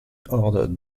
horde